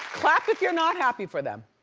clap if you're not happy for them.